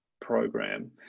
program